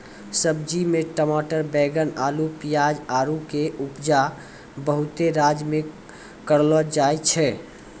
सब्जी मे टमाटर बैगन अल्लू पियाज आरु के उपजा बहुते राज्य मे करलो जाय छै